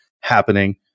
happening